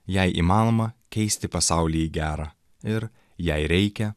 jei įmanoma keisti pasaulį į gerą ir jei reikia